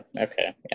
okay